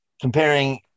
comparing